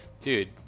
dude